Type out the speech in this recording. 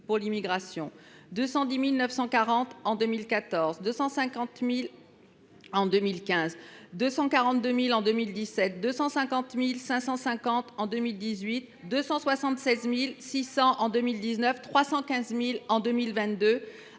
de l’immigration : 210 940 personnes en 2014, 250 000 en 2015, 242 000 en 2017, 250 550 en 2018, 276 600 en 2019, 315 000 en 2022,